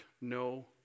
no